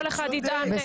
כל אחד יטען.